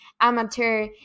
Amateur